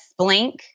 splink